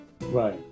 Right